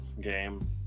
game